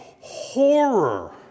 Horror